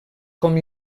com